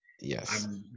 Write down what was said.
Yes